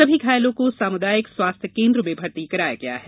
सभी घायलों को सामुदायिक स्वास्थ्य केन्द्र में भर्ती कराया गया है